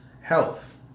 health